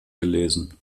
gelesen